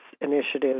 Initiative